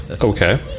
Okay